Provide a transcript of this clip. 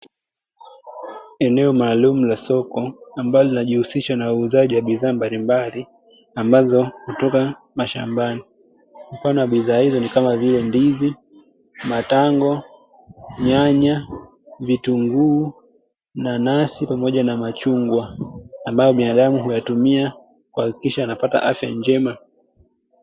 Eneo maalumu la soko ambalo linajihusisha na uuzaji wa bidhaa mbalimbali, ambazo hutoka mashambani. Mfano wa bidhaa hizo ni kama vile: ndizi, matango, nyanya, vitunguu, nanasi pamoja na machungwa, ambayo binadamu huyatumia kuhakikisha anapata afya njema.